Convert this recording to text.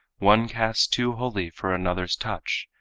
one caste too holy for another's touch,